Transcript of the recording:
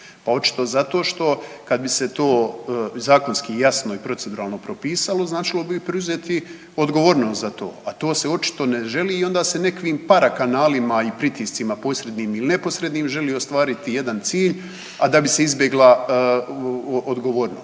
očito zato što kad bi se to zakonski i jasno i proceduralno propisalo značilo bi preuzeti odgovornost za to, a to se očito ne želi i onda se onda nekakvim parakanalima i pritiscima posrednim ili neposrednim želi ostvariti jedan cilj, a da bi se izbjegla odgovornost